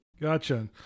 Gotcha